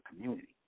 community